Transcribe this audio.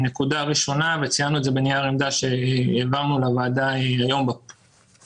וציינו את זה בנייר העמדה שהעברנו לוועדה הבוקר.